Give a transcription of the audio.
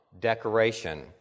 decoration